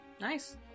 Nice